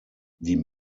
die